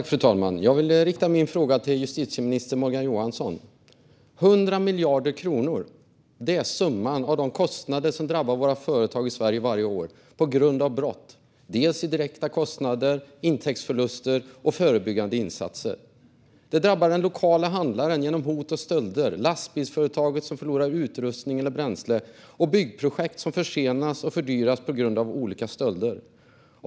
Fru talman! Jag vill rikta min fråga till justitieminister Morgan Johansson. 100 miljarder kronor är summan av de kostnader som drabbar våra företag i Sverige varje år på grund av brott. Det gäller dels direkta kostnader, dels intäktsförluster och förebyggande insatser, och det drabbar den lokala handlaren genom hot och stölder, lastbilsföretaget som förlorar utrustning och bränsle och byggprojekt som försenas och fördyras på grund av olika stölder.